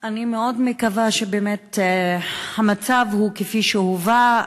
אני מאוד מקווה שבאמת המצב הוא כפי שהובא.